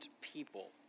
people